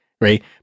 right